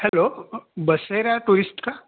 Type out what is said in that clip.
hello बसेरा tourist का